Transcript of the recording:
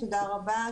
תודה רבה.